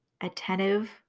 Attentive